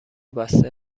بسته